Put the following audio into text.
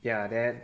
ya then